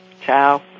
Ciao